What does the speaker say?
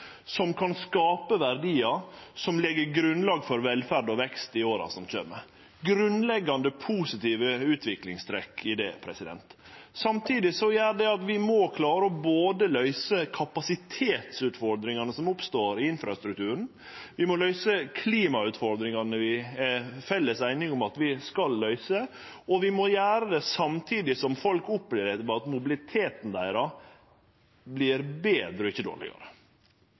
som kan skape verdiar, som legg grunnlag for velferd og vekst i åra som kjem – det er grunnleggjande positive utviklingstrekk i det. Samtidig gjer det at vi må klare å løyse både kapasitetsutfordringane som oppstår i infrastrukturen, og klimautfordringane som det er felles einigheit om at vi skal løyse. Og vi må gjere det samtidig som folk opplever at mobiliteten deira vert betre og ikkje dårlegare,